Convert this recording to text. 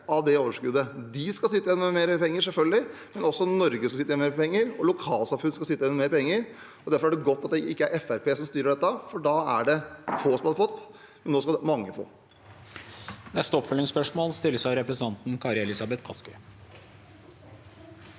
av det overskuddet. De skal sitte igjen med mer penger, selvfølgelig, men også Norge skal sitte igjen med mer penger, og lokalsamfunnet skal sitte igjen med mer penger. Derfor er det godt at det ikke er Fremskrittspartiet som styrer dette, for da ville det være få som hadde fått, men nå skal mange få.